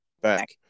Back